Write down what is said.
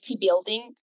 building